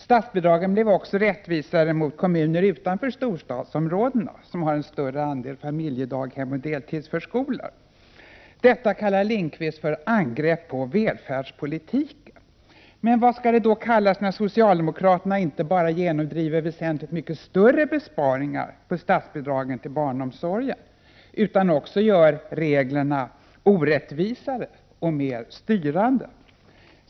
Statsbidragen blev också rättvisare mot kommuner utanför storstadsområdena, vilka har en större andel familjedaghem och deltidsförskolor. Detta kallar Bengt Lindqvist för angrepp på välfärdspolitiken. Men vad skall det då kallas när socialdemokraterna inte bara genomdriver väsentligt större besparingar på statsbidragen till barnomsorgen, utan också gör reglerna mer orättvisa och styrande?